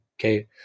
Okay